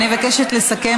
אני מבקשת לסכם.